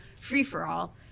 free-for-all